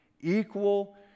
Equal